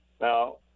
Now